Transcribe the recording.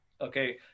okay